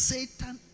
Satan